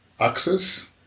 access